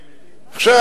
עכשיו,